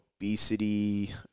obesity